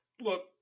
Look